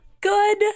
Good